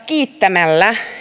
kiittämällä